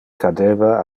cadeva